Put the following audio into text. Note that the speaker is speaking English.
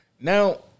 Now